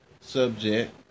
subject